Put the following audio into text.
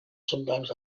sometimes